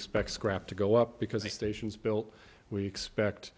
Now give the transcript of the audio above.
expect scrap to go up because the stations built we expect